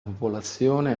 popolazione